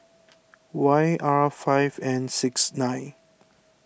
Y R five N six nine